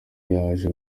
yaje